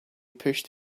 pushed